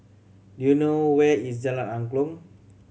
do you know where is Jalan Angklong